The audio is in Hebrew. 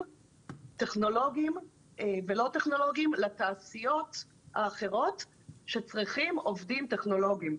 טכנולוגיים ולא טכנולוגיים לתעשיות האחרות שצריכות עובדים טכנולוגיים.